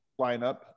lineup